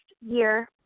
year